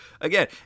again